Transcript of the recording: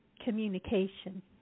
communication